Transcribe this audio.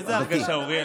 איזו הרגשה, אוריאל?